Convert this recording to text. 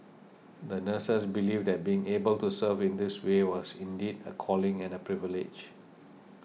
the nurses believed that being able to serve in this way was indeed a calling and a privilege